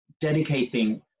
dedicating